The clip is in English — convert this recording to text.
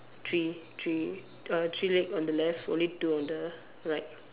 three three uh three leg on the left only two on the right